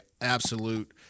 absolute